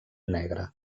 negre